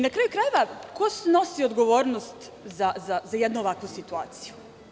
Na kraju krajeva ko snosi odgovornost za jednu ovakvu situaciju?